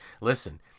listen